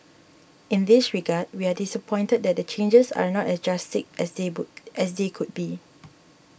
in this regard we are disappointed that the changes are not as drastic as they could be